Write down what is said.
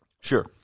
sure